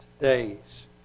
days